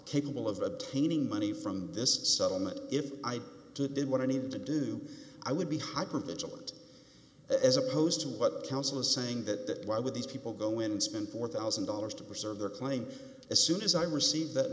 capable of obtaining money from this settlement if i did what i needed to do i would be hypervigilant as opposed to what counsel is saying that why would these people go and spend four thousand dollars to preserve their claim as soon as i received th